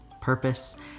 purpose